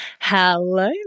Hello